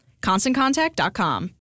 ConstantContact.com